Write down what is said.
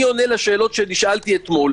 אני עונה לשאלות שנשאלתי אתמול.